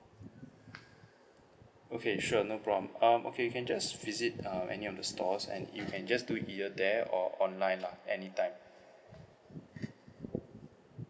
okay sure no problem um okay you can just visit um any of the stores and you can just do it either there or online lah anytime